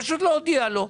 פשוט להודיע לו: